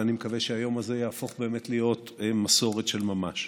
ואני מקווה שהיום הזה יהפוך באמת להיות מסורת של ממש.